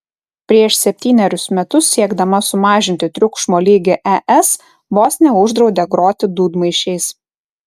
prieš septynerius metus siekdama sumažinti triukšmo lygį es vos neuždraudė groti dūdmaišiais